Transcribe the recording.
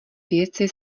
věci